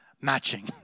matching